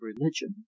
religion